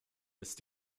ist